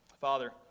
Father